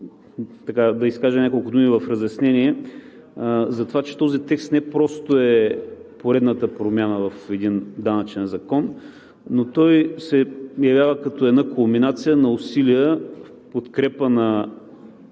да изкажа няколко думи в разяснение, затова че този текст не просто е поредната промяна в един данъчен закон, но той се явява като една кулминация на усилията в подкрепа на